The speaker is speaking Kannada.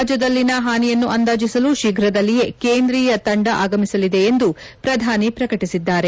ರಾಜ್ಯದಲ್ಲಿನ ಹಾನಿಯನ್ನು ಅಂದಾಜಿಸಲು ಶೀಘದಲ್ಲಿಯೇ ಕೇಂದ್ರೀಯ ತಂಡ ಆಗಮಿಸಲಿದೆ ಎಂದು ಪ್ರಧಾನಿ ಪ್ರಕಟಿಸಿದ್ದಾರೆ